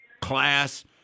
class